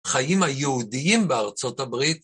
חיים היהודיים בארצות הברית